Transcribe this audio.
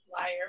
Liar